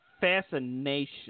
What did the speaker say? fascination